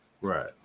Right